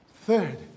third